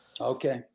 Okay